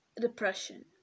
depression